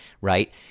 right